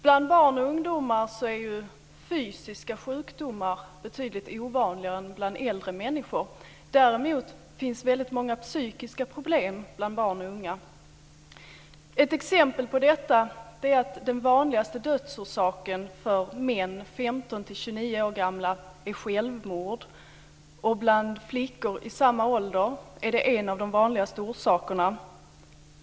Bland barn och ungdomar är fysiska sjukdomar betydligt ovanligare än bland äldre människor. Däremot finns det väldigt många psykiska problem bland barn och unga. Ett exempel på detta är att den vanligaste dödsorsaken bland män i åldern 15-29 år är självmord. Och bland flickor i samma ålder är det en av de vanligaste orsakerna.